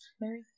Mary